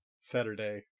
Saturday